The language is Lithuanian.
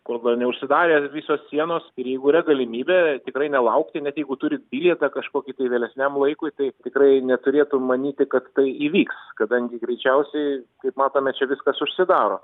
kol dar neužsidarė visos sienos ir jeigu yra galimybė tikrai nelaukti net jeigu turit bilietą kažkokį tai vėlesniam laikui tai tikrai neturėtų manyti kad tai įvyks kadangi greičiausiai kaip matome čia viskas užsidaro